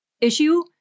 issue